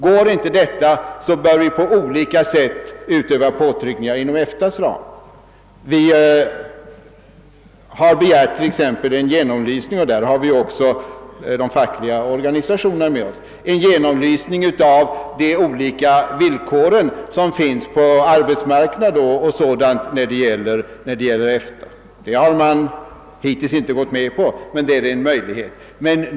Går inte detta bör vi på olika sätt utöva påtryckningar inom EFTA:s ram. Från svensk sida har vi exempelvis begärt en genomlysning — här har vi också de fackliga organisationernas stöd — av de olika villkoren på arbetsmarknaden m.m. när det gäller EFTA:s medlemmar. Hittills har man inte gått med på någonting sådant, men man kan kanske göra det.